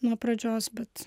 nuo pradžios bet